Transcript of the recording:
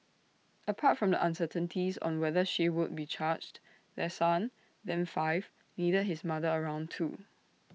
apart from the uncertainties on whether she would be charged their son then five needed his mother around too